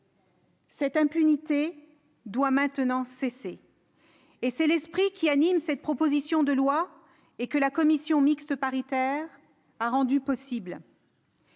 Cette impunité doit maintenant cesser. C'est l'esprit qui anime cette proposition de loi et que la commission mixte paritaire a rendu possible.